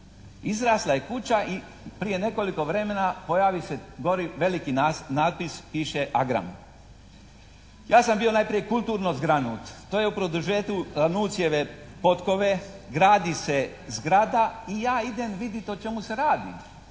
Izrasla je kuća i prije nekoliko vremena pojavi se dolje veliki natpis, piše Agram. Ja sam bio najprije kulturno zgranut, to je u produžetku Nucijeve potkove, gradi se zgrada i ja idem vidit o čemu se radi,